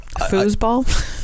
foosball